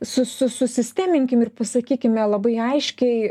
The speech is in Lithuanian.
su su susisteminkim ir pasakykime labai aiškiai